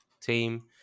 team